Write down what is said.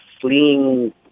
fleeing